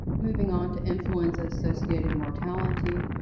moving on to influenza-associated mortality,